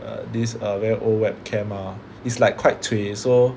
err this err very old web cam ah it's like quite cui so